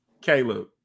Caleb